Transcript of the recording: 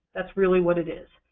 that's really what it is,